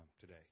today